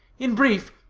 in brief,